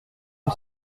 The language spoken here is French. une